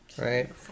Right